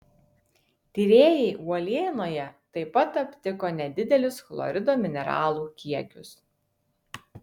tyrėjai uolienoje taip pat aptiko nedidelius chlorido mineralų kiekius